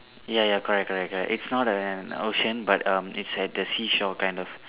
ya ya correct correct correct its not an ocean but um is at the seashore kind of